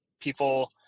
people